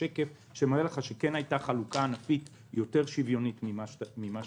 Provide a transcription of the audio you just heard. שקף שמראה לך שהייתה חלוקה ענפית שוויונית יותר ממה